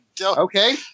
Okay